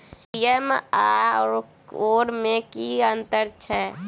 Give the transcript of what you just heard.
ATM आओर debit card मे की अंतर छैक?